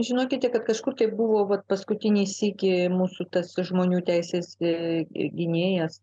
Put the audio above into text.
žinokite kad kažkur ten buvot paskutinį sykį mūsų tas žmonių teises gynėjas